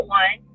one